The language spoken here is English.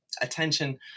attention